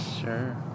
Sure